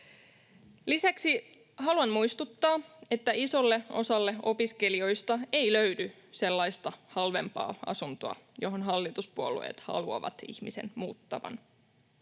Lisäksi haluan muistuttaa, että isolle osalle opiskelijoista ei löydy sellaista halvempaa asuntoa, johon hallituspuolueet haluavat ihmisen muuttavan.